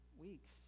weeks